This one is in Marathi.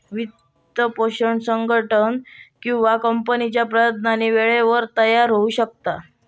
वित्तपोषण संघटन किंवा कंपनीच्या प्रयत्नांनी वेळेवर तयार होऊ शकता